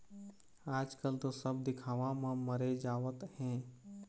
आजकल तो सब दिखावा म मरे जावत हें